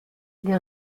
les